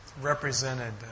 represented